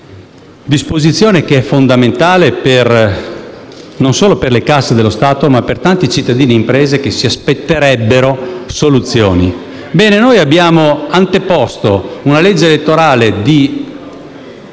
una disposizione che è fondamentale, non solo per le casse dello Stato ma per tanti cittadini e imprese che si aspetterebbero soluzioni. Ebbene, noi abbiamo anteposto una legge elettorale di